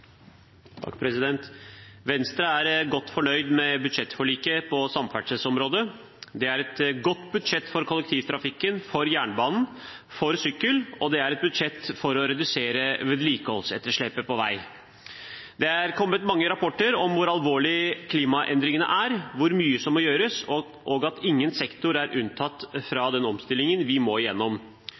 Venstre er godt fornøyd med budsjettforliket på samferdselsområdet. Det er et godt budsjett for kollektivtrafikk, for jernbane, for sykkel, og det er et budsjett for å redusere vedlikeholdsetterslepet på vei. Det er kommet mange rapporter om hvor alvorlige klimaendringene er, hvor mye som må gjøres, og at ingen sektor er unntatt fra den omstillingen vi må